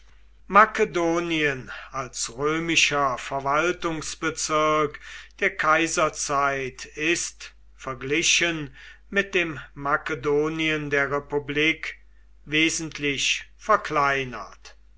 makedonien als römischer verwaltungsbezirk der kaiserzeit ist verglichen mit dem makedonien der republik wesentlich verkleinert